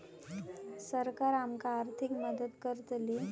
सरकार आमका आर्थिक मदत करतली?